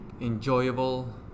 enjoyable